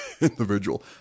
Individual